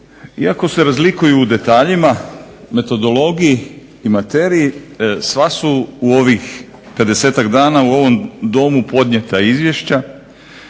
Iako se razlikuju u detaljima, metodologiji i materiji sva su u ovih 50-ak dana u ovom Domu podnijeta izvješća